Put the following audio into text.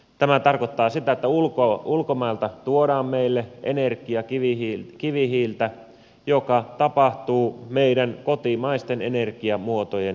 tämä tarkoittaa sitä että ulkomailta tuodaan meille energiakivihiiltä mikä tapahtuu meidän kotimaisten energiamuotojen kustannuksella